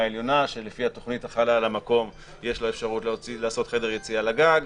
העליונה שלפי התוכנית החלה על המקום יש לו אפשרות לעשות חדר יציאה לגג,